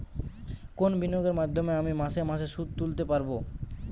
কোন বিনিয়োগের মাধ্যমে আমি মাসে মাসে সুদ তুলতে পারবো?